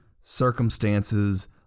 circumstances